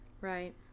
Right